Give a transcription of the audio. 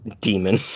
demon